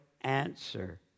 answer